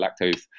lactose